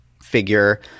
figure